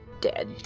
dead